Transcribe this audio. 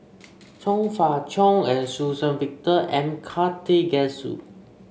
Chong Fah Cheong and Suzann Victor M Karthigesu